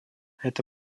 это